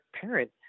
parent